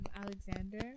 alexander